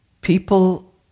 People